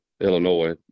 Illinois